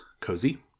cozy